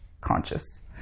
conscious